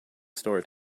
store